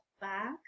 back